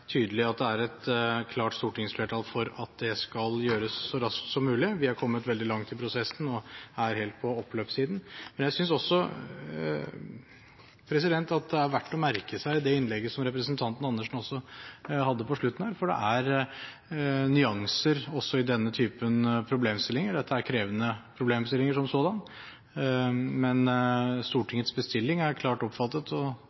tydelig at det er et klart stortingsflertall for at det skal gjøres så raskt som mulig. Vi er kommet veldig langt i prosessen og er helt på oppløpssiden. Men jeg synes også at det er verdt å merke seg det innlegget som representanten Karin Andersen hadde på slutten her, for det er nyanser også i denne typen problemstillinger. Dette er krevende problemstillinger som sådanne. Men Stortingets bestilling er klart oppfattet, og